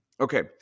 Okay